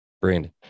Brandon